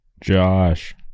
Josh